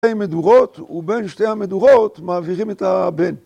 ‫שתי מדורות, ובין שתי המדורות ‫מעבירים את הבן.